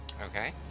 Okay